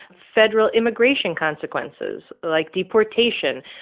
federal immigration, consequences like deportation.